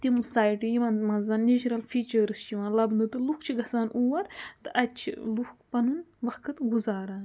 تِم سایٹہٕ یِمَن منٛز نیچرَل فیٖچٲرٕس چھِ یِوان لَبنہٕ تہٕ لُکھ چھِ گژھان اور تہٕ اَتہِ چھِ لُکھ پَنُن وقت گُزاران